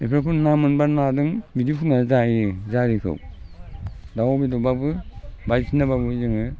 बेफोरखौ ना मोनबा नाजों बिदि फुदुंनानै जायो जारिखौ दाउ बेदरबाबो बायदिसिनाबाबो जोङो